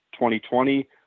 2020